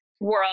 world